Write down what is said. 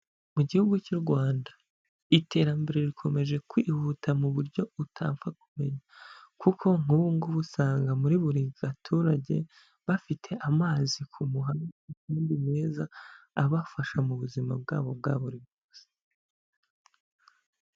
Mu gihugu cy'u Rwanda iterambere rikomeje kwihuta mu buryo utapfa kumenya, kuko nk'ubu ngubu usanga muri buri gaturage bafite amazi ku muhanda kandi meza abafasha mu buzima bwabo bwa buri munsi.